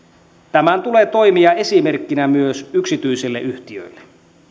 tämän tulee toimia esimerkkinä myös yksityisille yhtiöille